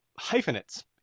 hyphenates